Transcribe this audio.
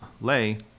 lay